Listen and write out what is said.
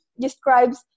describes